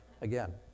again